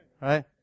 right